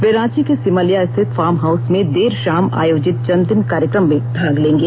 वे रांची के सिमलिया स्थित farm house में देर शाम आयोजित जन्मदिन कार्यक्रम में भाग लेंगें